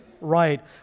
right